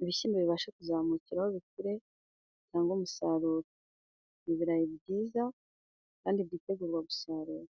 ibishyimbo bibashe kuzamukiraho, bikure bitange umusaruro. Ibirayi ni byiza kandi byitegurwa gusarura.